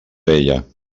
vella